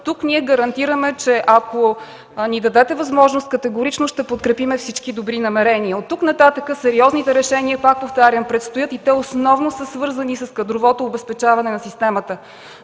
Тук ние гарантираме, че ако ни дадете възможност, категорично ще подкрепим всички добри намерения. Оттук нататък сериозните решения, пак повтарям, предстоят и те основно са свързани с кадровото обезпечаване на системата.